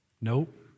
Nope